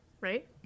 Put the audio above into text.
right